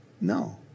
No